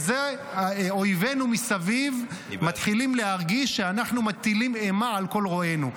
אויבינו מסביב מתחילים להרגיש שאנחנו מטילים אימה על כל רואינו.